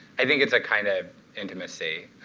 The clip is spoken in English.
i think it's a kind of intimacy.